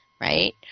right